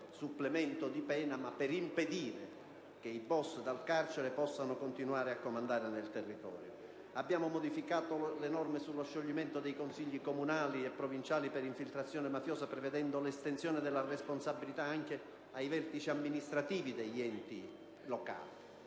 supplemento di pena, ma per impedire che i boss dal carcere possano continuare a comandare nel territorio. Abbiamo modificato le norme sullo scioglimento dei Consigli comunali e provinciali per infiltrazione mafiosa, prevedendo l'estensione della responsabilità anche ai vertici amministrativi degli enti locali.